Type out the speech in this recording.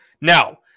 now